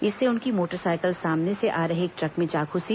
इससे उनकी मोटरसाइकिल सामने से आ रहे एक ट्रक में जा घुसी